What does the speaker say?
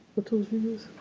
what tools do